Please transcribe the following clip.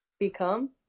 become